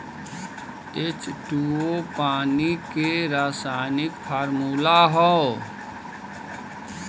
H two O पानी के रासायनिक फार्मूला हौ